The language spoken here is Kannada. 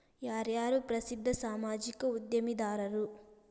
ಯಾರ್ಯಾರು ಪ್ರಸಿದ್ಧ ಸಾಮಾಜಿಕ ಉದ್ಯಮಿದಾರರು